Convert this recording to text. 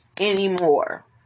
anymore